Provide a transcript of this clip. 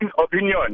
opinion